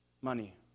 money